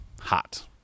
hot